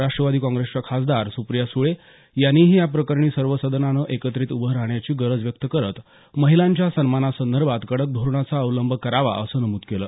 राष्ट्रवादी काँग्रेसच्या खासदार सुप्रिया सुळे यांनीही या प्रकरणी सर्व सदनानं एकत्रित उभं राहण्याची गरज व्यक्त करत महिलांच्या सन्मानासंदर्भात कडक धोरणाचा अवलंब करावा असं नमूद केलं